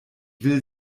will